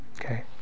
Okay